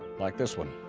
like this one.